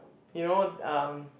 you know um